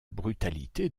brutalité